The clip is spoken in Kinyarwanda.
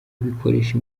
bikoresha